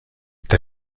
der